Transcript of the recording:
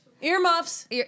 Earmuffs